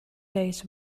day’s